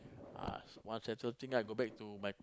ah once settle thing I go back to my